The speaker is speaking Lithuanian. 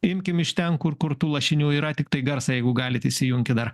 imkim iš ten kur kur tų lašinių yra tiktai garsą jeigu galit įsijunkit dar